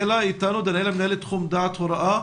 מנהלת תחום דעת הוראה